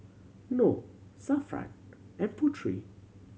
Nor Zafran and Putri